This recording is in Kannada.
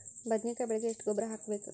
ಬದ್ನಿಕಾಯಿ ಬೆಳಿಗೆ ಎಷ್ಟ ಗೊಬ್ಬರ ಹಾಕ್ಬೇಕು?